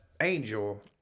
angel